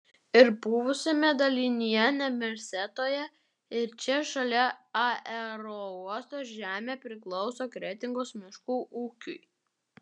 ir buvusiame dalinyje nemirsetoje ir čia šalia aerouosto žemė priklauso kretingos miškų ūkiui